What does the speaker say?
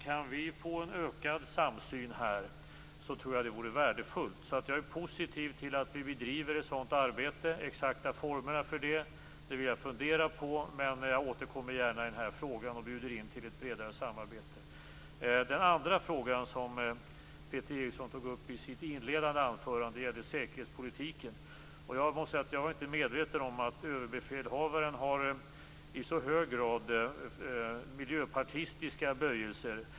Kan vi få en ökad samsyn här tror jag att det vore värdefullt. Jag är alltså positiv till att vi bedriver ett sådant arbete. De exakta formerna för detta vill jag fundera på, men jag återkommer gärna i den här frågan och bjuder in till ett bredare samarbete. Den andra fråga som Peter Eriksson tog upp i sitt inledande anförande gällde säkerhetspolitiken. Jag måste säga att jag inte var medveten om att överbefälhavaren i så hög grad hade miljöpartistiska böjelser.